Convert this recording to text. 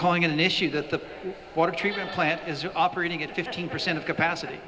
calling it an issue that the water treatment plant is operating at fifteen percent of capacity